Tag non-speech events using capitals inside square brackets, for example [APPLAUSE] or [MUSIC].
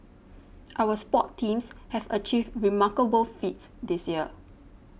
[NOISE] our sports teams have achieved remarkable feats this year